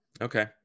okay